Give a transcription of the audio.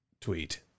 tweet